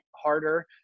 harder